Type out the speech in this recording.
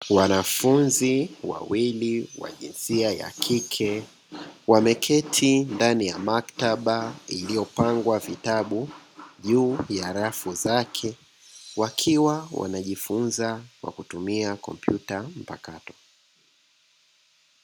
Wanafunzi wawili wa jinsia ya kike wameketi ndani ya maktaba iliyopangwa vitabu juu ya rafu zake wakiwa wanajifunza kwa kutumia kompyuta mpakato.